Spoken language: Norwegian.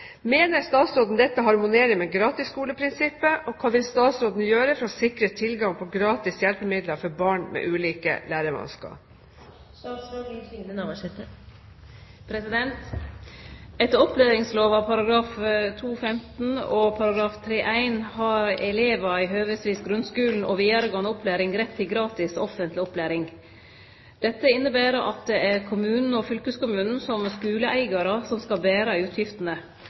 Mener statsråden dette harmonerer med gratisskoleprinsippet, og hva vil statsråden gjøre for å sikre tilgang på gratis hjelpemidler for barn med ulike lærevansker?» Etter opplæringslova § 2-15 og § 3-1 har elevar i høvesvis grunnskulen og vidaregåande opplæring rett til gratis offentleg opplæring. Dette inneber at det er kommunen og fylkeskommunen som skuleeigarar som skal bere utgiftene.